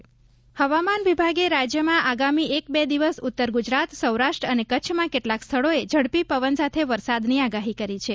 હવામાન હવામાન વિભાગે રાજ્યમાં આગામી એક બે દિવસ ઉત્તર ગુજરાત સૌરાષ્ટ્ર અને કચ્છમાં કેટલાંક સ્થળોએ ઝડપી પવન સાથે વરસાદની આગાહી કરી છે